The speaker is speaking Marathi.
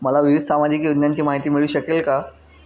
मला विविध सामाजिक योजनांची माहिती मिळू शकेल का?